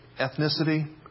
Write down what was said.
ethnicity